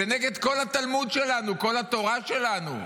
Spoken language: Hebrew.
זה נגד כל התלמוד שלנו, כל התורה שלנו.